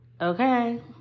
Okay